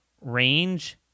range